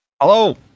Hello